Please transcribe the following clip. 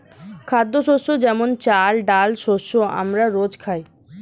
খাদ্যশস্য যেমন চাল, ডাল শস্য আমরা রোজ খাই